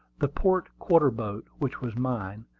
the port quarter-boat, which was mine,